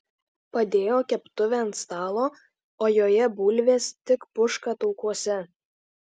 padėjo keptuvę ant stalo o joje bulvės tik puška taukuose